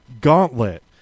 gauntlet